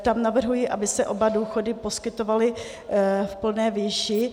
Tam navrhuji, aby se oba důchody poskytovaly v plné výši.